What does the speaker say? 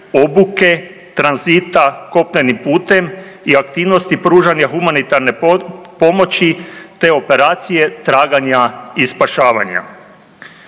obuke, tranzita kopnenim putem i aktivnosti pružanja humanitarne pomoći te operacije traganja i spašavanja.